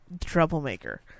troublemaker